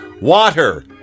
Water